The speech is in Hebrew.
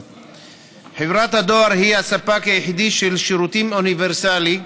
חברת הדואר היא הספק היחיד של שירותים אוניברסליים.